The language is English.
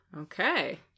Okay